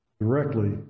directly